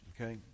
Okay